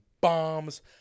bombs